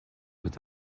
with